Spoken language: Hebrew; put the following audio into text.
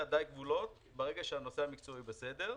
ידיי כבולות ברגע שהנושא המקצועי בסדר.